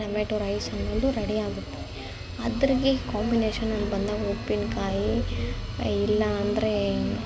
tomato ರೈಸನ್ನದು ready ಆಗತ್ತೆ ಅದ್ರಿಗೆ ಕಾಂಬಿನೇಷನ್ ಅಂತ ಬಂದಾಗ ಉಪ್ಪಿನಕಾಯಿ ಇಲ್ಲಾಂದ್ರೆ